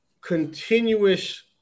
continuous